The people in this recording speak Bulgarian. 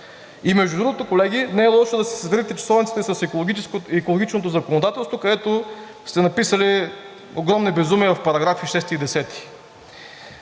И между другото, колеги, не е лошо да си сверите часовниците с екологичното законодателство, където сте написали огромни безумия в параграфи 6 и 10.